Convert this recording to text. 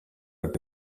ati